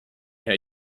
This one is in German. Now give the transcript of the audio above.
herr